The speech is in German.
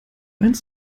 eins